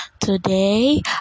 today